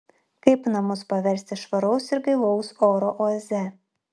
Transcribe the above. kaip namus paversti švaraus ir gaivaus oro oaze